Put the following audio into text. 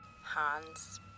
Hans